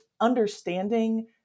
understanding